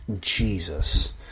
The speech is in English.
Jesus